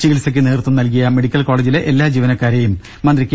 ചികിത്സയ്ക്ക് നേതൃത്വം നൽകിയ മെഡിക്കൽ കോളേജിലെ എല്ലാ ജീവനക്കാരെയും മന്ത്രി കെ